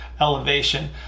elevation